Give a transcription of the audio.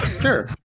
Sure